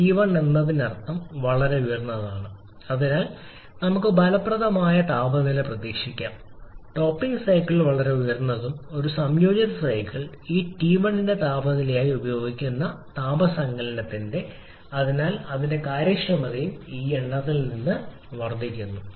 T 1 എന്നതിനർത്ഥം വളരെ ഉയർന്നതാണ് അതിനാൽ നമുക്ക് ഫലപ്രദമായ താപനില പ്രതീക്ഷിക്കാം ടോപ്പിംഗ് സൈക്കിൾ വളരെ ഉയർന്നതും ഒരു സംയോജിത സൈക്കിൾ ഈ ടി 1 നെ താപനിലയായി ഉപയോഗിക്കുന്നു താപ സങ്കലനത്തിന്റെ അതിനാൽ അതിന്റെ കാര്യക്ഷമതയും ഈ എണ്ണത്തിൽ നിന്ന് വർദ്ധിക്കുന്നു